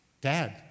Dad